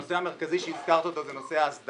הנושא המרכזי שהזכרת אותו הוא נושא ההסדרה.